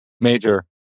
Major